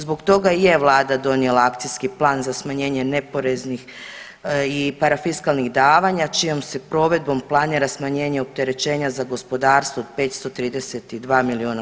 Zbog toga i je vlada donijela Akcijski plan za smanjenje neporeznih i parafiskalnih davanja čijom se provedbom planira smanjenje opterećenja za gospodarstvo 532 miliona kuna.